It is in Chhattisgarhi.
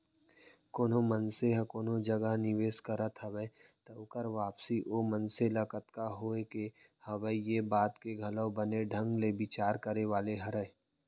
कोनो मनसे ह कोनो जगह निवेस करत हवय त ओकर वापसी ओ मनसे ल कतका होय के हवय ये बात के घलौ बने ढंग ले बिचार करे वाले हरय